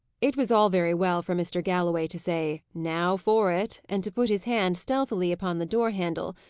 it was all very well for mr. galloway to say, now for it, and to put his hand stealthily upon the door-handle,